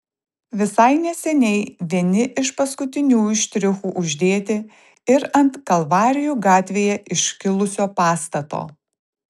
visai neseniai vieni iš paskutiniųjų štrichų uždėti ir ant kalvarijų gatvėje iškilusio pastato